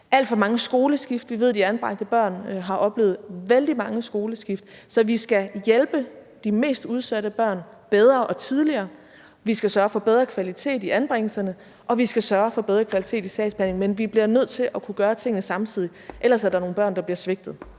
alt for mange skoleskift. Vi ved, at de anbragte børn har oplevet vældig mange skoleskift. Så vi skal hjælpe de mest udsatte børn bedre og tidligere, vi skal sørge for bedre kvalitet i anbringelserne, og vi skal sørge for bedre kvalitet i sagsbehandlingen, men vi bliver nødt til at kunne gøre tingene samtidig, for ellers er der nogle børn, der bliver svigtet.